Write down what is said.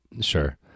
Sure